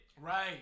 Right